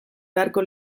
beharko